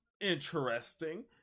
interesting